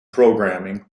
programming